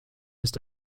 ist